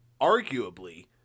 arguably